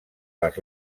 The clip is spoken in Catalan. les